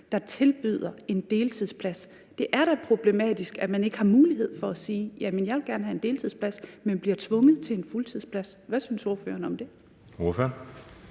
der tilbyder en deltidsplads. Det er da problematisk, at man ikke har mulighed for at sige, at man gerne vil have en deltidsplads, men bliver tvunget til en fuldtidsplads. Hvad synes ordføreren om det?